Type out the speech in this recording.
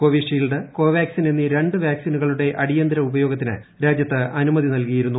Covishield Covaxin എന്നീ ര്ണ്ടൂ വാക്സിനുകളുടെ അടിയന്തിര ഉപയോഗത്തിന് രാജ്യത്ത് അനുമതി നൽകിയിരുന്നു